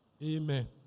Amen